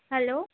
hello